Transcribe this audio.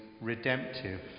redemptive